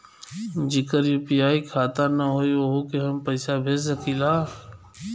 जेकर यू.पी.आई खाता ना होई वोहू के हम पैसा भेज सकीला?